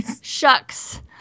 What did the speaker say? shucks